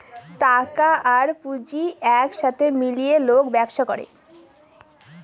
টাকা আর পুঁজি এক সাথে মিলিয়ে লোক ব্যবসা করে